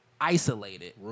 isolated